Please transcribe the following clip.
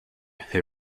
who